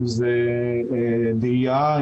אם זה דאייה,